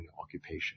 occupation